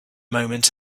moment